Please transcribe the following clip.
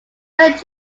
saint